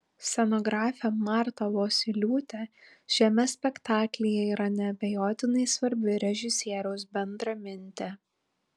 scenografė marta vosyliūtė šiame spektaklyje yra neabejotinai svarbi režisieriaus bendramintė